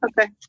Okay